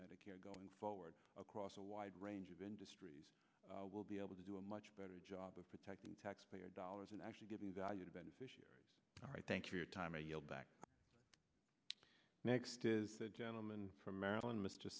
medicare going forward across a wide range of industries will be able to do a much better job of protecting taxpayer dollars and actually giving value to beneficiaries all right thank you your time i yield back next is the gentleman from maryland mr